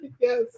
Yes